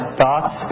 thoughts